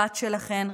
הבת שלכן,